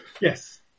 yes